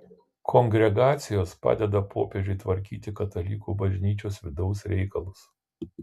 kongregacijos padeda popiežiui tvarkyti katalikų bažnyčios vidaus reikalus